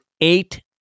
eight